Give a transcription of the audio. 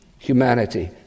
humanity